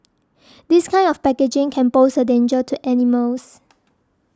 this kind of packaging can pose a danger to animals